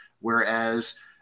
whereas